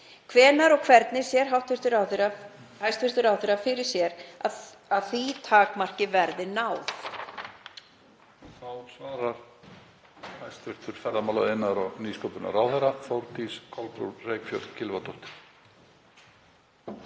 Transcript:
Hvenær og hvernig sér hæstv. ráðherra fyrir sér að því takmarki verði náð?